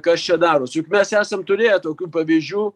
kas čia darosi juk mes esam turėję tokių pavyzdžių